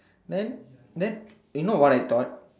then then you know what I thought